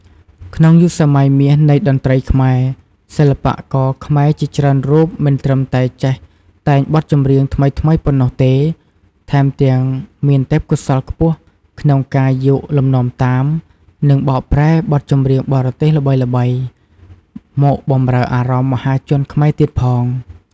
ក្នុងយុគសម័យមាសនៃតន្ត្រីខ្មែរ សិល្បករខ្មែរជាច្រើនរូបមិនត្រឹមតែចេះតែងបទចម្រៀងថ្មីៗប៉ុណ្ណោះទេ ថែមទាំងមានទេពកោសល្យខ្ពស់ក្នុងការ យកលំនាំតាម និងបកប្រែបទចម្រៀងបរទេសល្បីៗ មកបម្រើអារម្មណ៍មហាជនខ្មែរទៀតផង។